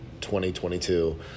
2022